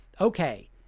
okay